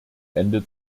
ende